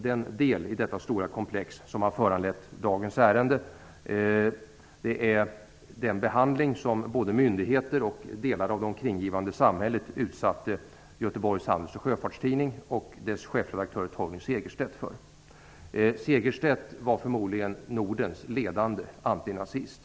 Den del, i detta stora komplex, som har föranlett dagens ärende är den behandling som både myndigheter och delar av det omgivande samhället utsatte Göteborgs Handels och Sjöfarts-Tidning och dess chefredaktör, Torgny Segerstedt, för. Segerstedt var förmodligen Nordens ledande antinazist.